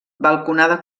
balconada